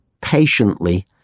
patiently